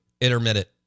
intermittent